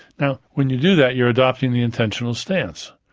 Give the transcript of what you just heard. now, when you do that you're adopting the intentional stance.